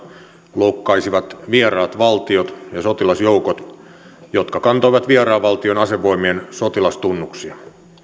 loukkaisivat vieraat valtiot ja sotilasjoukot jotka kantaisivat vieraan valtion asevoimien sotilastunnuksia